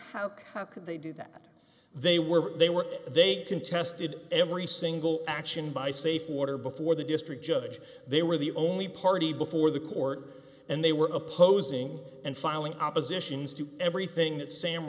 losses how could they do that they were they were they contested every single action by safe water before the district judge they were the only party before the court and they were opposing and filing oppositions to everything that sam